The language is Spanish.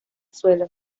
suelo